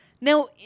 Now